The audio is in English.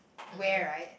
where right